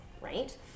Right